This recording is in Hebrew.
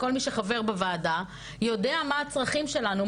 כל מי שחבר בוועדה יודע מה הצרכים שלנו,